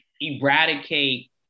eradicate